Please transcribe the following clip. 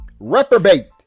reprobate